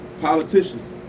politicians